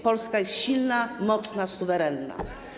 Polska jest silna, mocna, suwerenna.